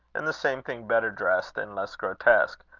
and the same thing better dressed, and less grotesque,